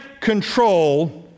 control